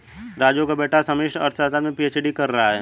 राजू का बेटा समष्टि अर्थशास्त्र में पी.एच.डी कर रहा है